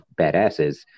badasses